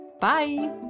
Bye